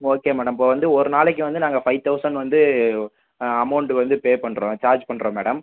okay madam இப்போ வந்து ஒரு நாளைக்கு வந்து நாங்க ஃபைவ் தௌசண்ட் வந்து அமௌண்ட் வந்து பே பண்ணுறோம் சார்ஜ் பண்ணுறோம்